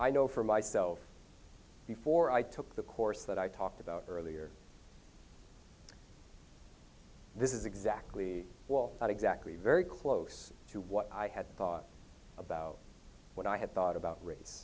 i know for myself before i took the course that i talked about earlier this is exactly well not exactly very close to what i had thought about what i had thought about race